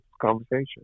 conversation